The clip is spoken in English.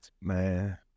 Man